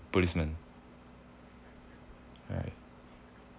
policemen right